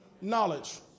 knowledge